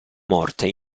morte